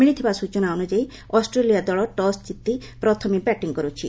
ମିଳିଥିବା ସ୍ଟଚନା ଅନୁଯାଇ ଅଷ୍ଟ୍ରେଲିଆ ଦଳ ଟସ୍ ଜିତି ପ୍ରଥମେ ବ୍ୟାଟିଂ କରୁଛି